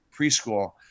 preschool